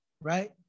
right